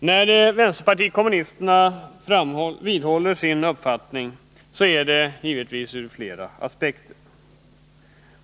När vänsterpartiet kommunisterna vidhåller sin uppfattning är det givetvis ur flera aspekter.